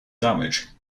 damage